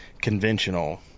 conventional